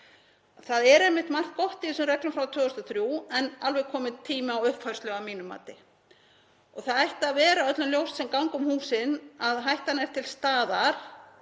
Það er einmitt margt gott í þessum reglum frá 2003 en alveg kominn tími á uppfærslu að mínu mati. Það ætti að vera öllum ljóst sem ganga um húsin að hættan er til staðar